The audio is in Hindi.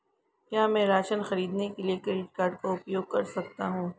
क्या मैं राशन खरीदने के लिए क्रेडिट कार्ड का उपयोग कर सकता हूँ?